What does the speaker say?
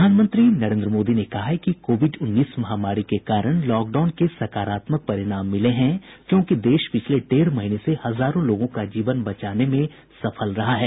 प्रधानमंत्री नरेन्द्र मोदी ने कहा है कि कोविड उन्नीस महामारी के कारण लॉकडाउन के सकारात्मक परिणाम मिले है क्योंकि देश पिछले डेढ़ महीने से हजारों लोगों का जीवन बचाने में सफल रहा है